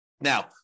Now